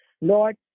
Lord